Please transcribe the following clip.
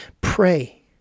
pray